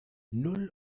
null